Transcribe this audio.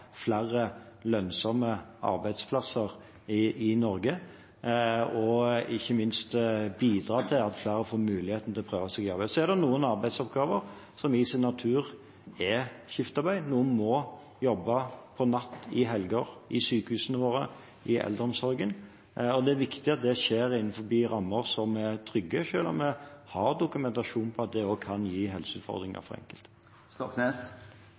flere lønnsomme arbeidsplasser i Norge, og ikke minst bidra til at flere får mulighet til å prøve seg i arbeid. Så er det noen arbeidsoppgaver som i sin natur er skiftarbeid. Noen må jobbe netter og helger i sykehusene våre, i eldreomsorgen, og det er viktig at det skjer innenfor rammer som er trygge, selv om vi har dokumentasjon på at det også kan gi helseutfordringer for